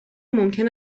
ممکن